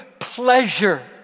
pleasure